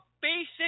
basic